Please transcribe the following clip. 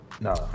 no